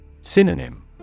Synonym